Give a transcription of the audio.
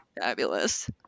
fabulous